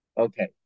Okay